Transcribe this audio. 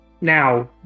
now